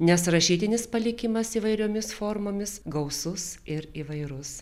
nes rašytinis palikimas įvairiomis formomis gausus ir įvairus